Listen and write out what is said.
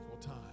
time